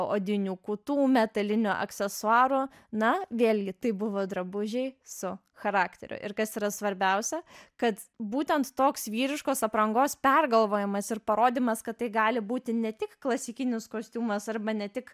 odinių kutų metalinių aksesuarų na vėlgi tai buvo drabužiai su charakteriu ir kas yra svarbiausia kad būtent toks vyriškos aprangos pergalvojimas ir parodymas kad tai gali būti ne tik klasikinis kostiumas arba ne tik